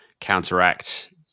counteract